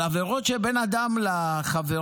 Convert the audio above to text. אבל עבירות של בן אדם לחברו,